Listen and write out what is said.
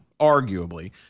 arguably